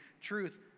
Truth